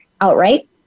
outright